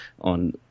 on